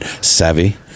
savvy